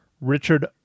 Richard